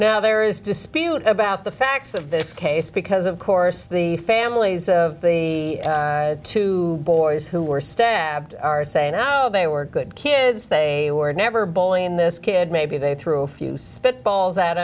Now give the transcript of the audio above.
now there is dispute about the facts of this case because of course the families of the two boys who were stabbed are saying now they were good kids they were never bullying this kid maybe they threw a few spit balls at